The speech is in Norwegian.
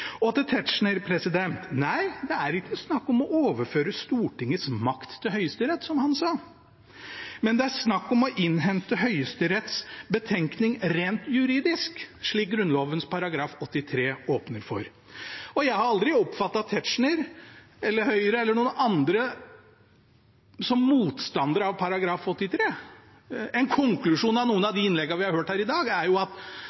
Og til Tetzschner: Nei, det er ikke snakk om å overføre Stortingets makt til Høyesterett, som han sa. Men det er snakk om å innhente Høyesteretts betenkning rent juridisk, slik Grunnloven § 83 åpner for, og jeg har aldri oppfattet Tetzschner eller Høyre eller noen andre som motstandere av § 83. En konklusjon av noen av de innleggene vi har hørt her i dag, er jo at